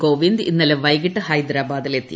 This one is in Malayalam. കോവിന്ദ് ഇന്നലെ വൈകിട്ട് ഹൈദ്രാബാദിലെത്തി